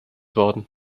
worden